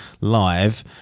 live